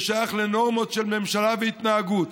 זה שייך לנורמות של ממשלה והתנהגות.